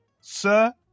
sir